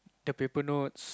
the paper notes